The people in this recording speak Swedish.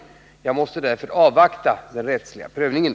Jag måste därför avvakta den rättsliga prövningen.